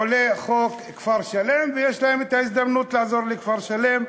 עולה חוק כפר-שלם ויש להם את ההזדמנות לעזור לכפר-שלם,